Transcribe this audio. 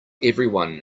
everyone